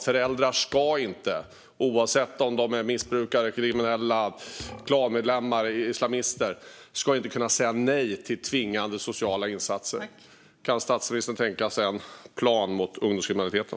Oavsett om föräldrarna är missbrukare, kriminella, klanmedlemmar, islamister eller något annat ska de inte kunna säga nej till tvingande sociala insatser. Kan statsministern tänka sig en plan mot ungdomskriminaliteten?